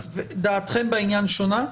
דעתכם בעניין שונה?